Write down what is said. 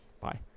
Bye